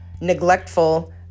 neglectful